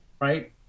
right